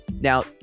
Now